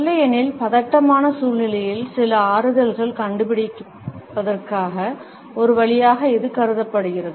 இல்லையெனில் பதட்டமான சூழ்நிலையில் சில ஆறுதல்களைக் கண்டுபிடிப்பதற்கான ஒரு வழியாக இது கருதப்படுகிறது